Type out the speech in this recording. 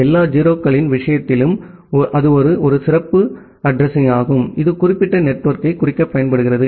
எல்லா 0 களின் விஷயத்திலும் அது ஒரு சிறப்பு அட்ரஸிங்யாகும் இது குறிப்பிட்ட நெட்வொர்க்கைக் குறிக்கப் பயன்படுகிறது